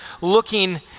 looking